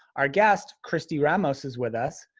our guest kristy ramos is with us.